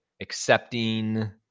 accepting